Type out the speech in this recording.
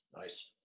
Nice